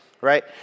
Right